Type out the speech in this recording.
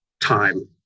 time